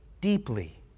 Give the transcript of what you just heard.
deeply